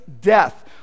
death